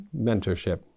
Mentorship